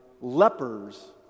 lepers